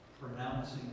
pronouncing